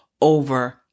over